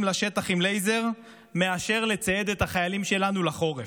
לשטח עם לייזר מאשר לצייד את החיילים שלנו לחורף?